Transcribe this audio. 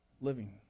living